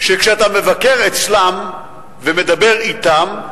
שכשאתה מבקר אצלם ומדבר אתם,